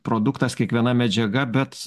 produktas kiekviena medžiaga bet